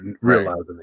realizing